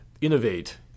innovate –